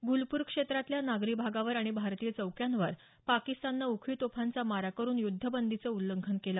गुलपूर क्षेत्रातल्या नागरी भागावर आणि भारतीय चौक्यांवर पाकिस्ताननं उखळी तोफांचा मारा करुन युद्धबंदीचं उल्लंघन केलं